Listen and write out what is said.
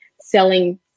selling